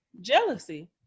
jealousy